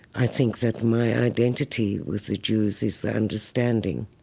i think that my identity with the jews is the understanding